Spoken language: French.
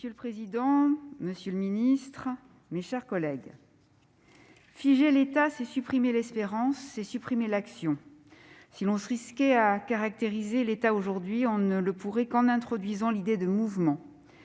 Monsieur le président, monsieur le secrétaire d'État, mes chers collègues, « figer l'État, c'est supprimer l'espérance, c'est supprimer l'action. [...] Si l'on se risquait à caractériser l'État d'aujourd'hui, on ne le pourrait qu'en introduisant [...] l'idée de mouvement